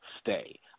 stay